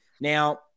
Now